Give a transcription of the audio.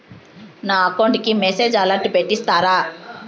నా అకౌంట్ కి message alert పెట్టిస్తారా